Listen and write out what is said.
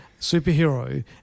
superhero